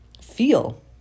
feel